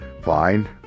Fine